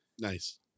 Nice